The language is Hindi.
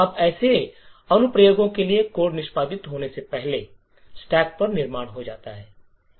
अब ऐसे अनुप्रयोगों के लिए कोड निष्पादित होने से पहले स्टैक पर निर्माण हो जाता है